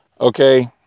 okay